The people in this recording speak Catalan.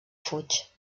fuig